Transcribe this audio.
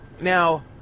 Now